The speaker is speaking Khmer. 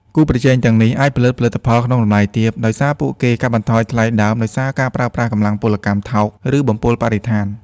គូប្រជែងទាំងនេះអាចផលិត ផលិតផលក្នុងតម្លៃទាបដោយសារពួកគេកាត់បន្ថយថ្លៃដើមដោយការប្រើប្រាស់កម្លាំងពលកម្មថោក ឬបំពុលបរិស្ថាន។